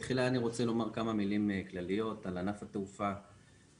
בתחילה אני רוצה לומר כמה מילים כלליות על ענף התעופה והתיירות.